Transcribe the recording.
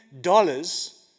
dollars